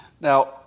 Now